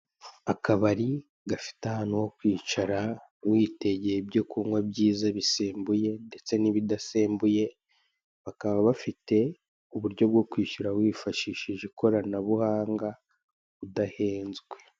Akabari gafite ahantu ho kwicara witegeye ibyo kunywa byiza bisembuye ndetse n'ibidasembuye bakaba bafite uburyo bwo kwishyura wifashishije ikoranabuhanga udahenzwe.